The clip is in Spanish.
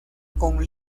con